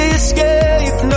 escape